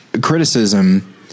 criticism